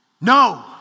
No